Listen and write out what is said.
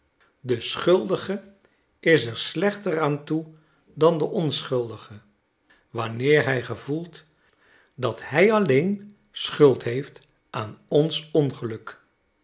de schuldige is er slechter aan toe dan de onschuldige wanneer hij gevoelt dat hij alleen schuld heeft aan ons ongeluk